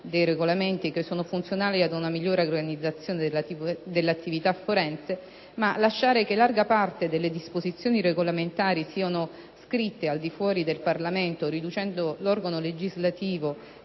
dei regolamenti che sono funzionali ad una migliore organizzazione dell'attività forense, ma lasciare che larga parte delle disposizioni regolamentari sia scritta al di fuori del Parlamento, riducendo l'organo legislativo